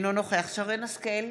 אינו נוכח שרן מרים השכל,